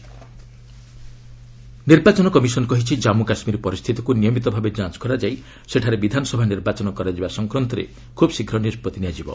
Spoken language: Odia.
ଇସି କେକେ ମିଟିଂ ନିର୍ବାଚନ କମିଶନ୍ କହିଛି ଜନ୍ମୁ କାଶ୍କୀର ପରିସ୍ଥିତିକୁ ନିୟମିତ ଭାବେ ଯାଞ୍ଚ କରାଯାଇ ସେଠାରେ ବିଧାନସଭା ନିର୍ବାଚନ କରାଯିବା ସଂକ୍ରାନ୍ତରେ ଖୁବ୍ ଶୀଘ୍ର ନିଷ୍ପଭି ନିଆଯିବ